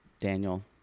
Daniel